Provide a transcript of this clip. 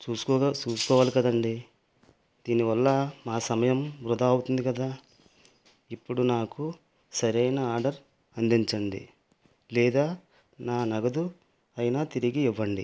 చూసుకోగా చూసుకోవాలి కదండి దీనివల్ల మా సమయం వృధా అవుతుంది కదా ఇప్పుడు నాకు సరైన ఆర్డర్ అందించండి లేదా నా నగదు అయినా తిరిగి ఇవ్వండి